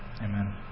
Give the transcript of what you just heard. amen